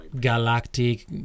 Galactic